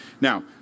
Now